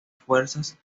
fuerzas